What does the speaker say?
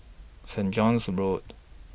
Saint John's Road